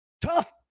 tough